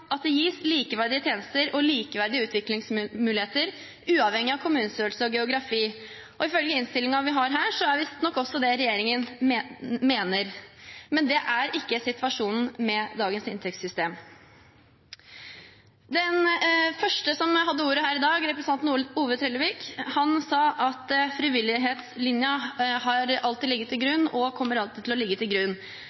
at det gis likeverdige tjenester og likeverdige utviklingsmuligheter uavhengig av kommunestørrelse og geografi, og ifølge innstillingen vi har her, er visstnok det hva regjeringen mener også. Men det er ikke situasjonen med dagens inntektssystem. Den første som hadde ordet her i dag, representanten Ove Trellevik, sa at frivillighetslinjen alltid har ligget til